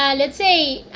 let's say,